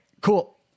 cool